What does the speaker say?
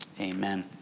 Amen